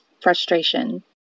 frustration